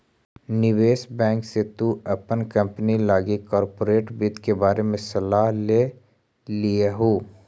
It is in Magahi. निवेश बैंक से तु अपन कंपनी लागी कॉर्पोरेट वित्त के बारे में सलाह ले लियहू